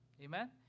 Amen